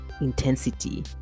Intensity